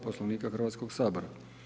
Poslovnika Hrvatskog sabora.